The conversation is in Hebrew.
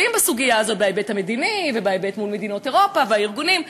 בסוגיה הזו בהיבט המדיני ומול מדינות אירופה והארגונים.